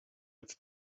it’s